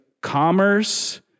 commerce